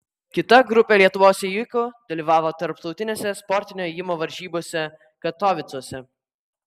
kita grupė lietuvos ėjikų dalyvavo tarptautinėse sportinio ėjimo varžybose katovicuose